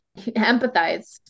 empathize